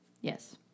Yes